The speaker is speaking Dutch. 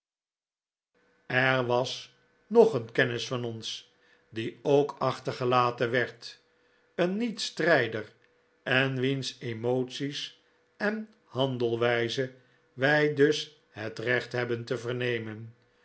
ordonnans enerwas nog een kennis van ons die ook achtergelaten werd een niet strijder en wiens emoties en handelwijze wij dus het recht hebben te vernemen